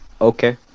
Okay